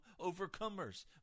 overcomers